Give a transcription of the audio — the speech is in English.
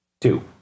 Two